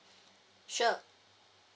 sure